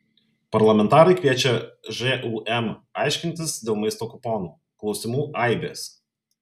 parlamentarai kviečia žūm aiškintis dėl maisto kuponų klausimų aibės